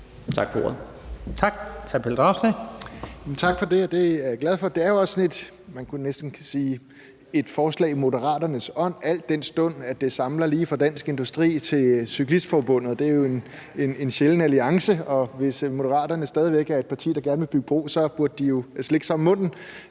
Dragsted. Kl. 14:17 Pelle Dragsted (EL): Tak for det; det er jeg glad for. Det er jo også næsten et forslag i Moderaternes ånd, al den stund at det samler lige fra Dansk Industri til Cyklistforbundet. Det er jo en sjælden alliance, og hvis Moderaterne stadig væk er et parti, der gerne vil bygge bro, så burde de jo slikke sig om munden